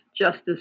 justice